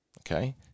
okay